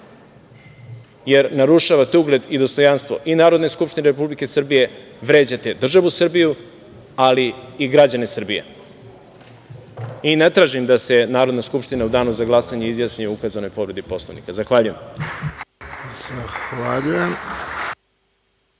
jer narušavate ugled i dostojanstvo i Narodne skupštine Republike Srbije, vređate državu Srbiju ali i građane Srbije. Ne tražim da se Narodna skupština u danu za glasanje izjasni o ukazanoj povredi Poslovnika. Zahvaljujem.